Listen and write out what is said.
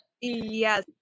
yes